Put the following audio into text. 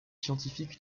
scientifiques